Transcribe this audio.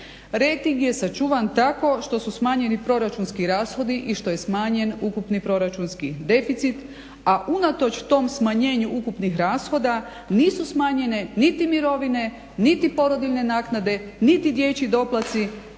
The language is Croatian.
Rejting je sačuvan tako što su smanjeni proračunski rashodi i što je smanjen ukupni proračunski deficit, a unatoč tom smanjenju ukupnih rashoda nisu smanjene niti mirovine, niti porodiljne naknade, niti dječji doplaci